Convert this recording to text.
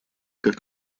как